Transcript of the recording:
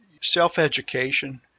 self-education